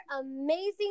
amazing